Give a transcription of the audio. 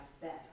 better